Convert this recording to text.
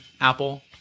apple